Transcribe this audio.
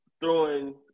throwing